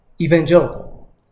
evangelical